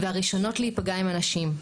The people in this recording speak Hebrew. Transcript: והראשונות להיפגע הן הנשים.